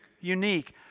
unique